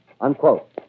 Unquote